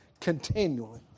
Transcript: continually